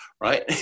right